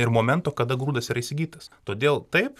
ir momento kada grūdas yra įsigytas todėl taip